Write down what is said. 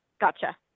Gotcha